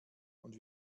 und